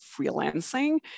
freelancing